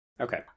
Okay